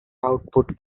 output